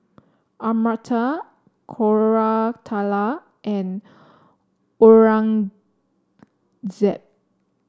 Amartya Koratala and Aurangzeb